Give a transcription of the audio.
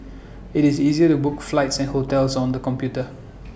IT is easy to book flights and hotels on the computer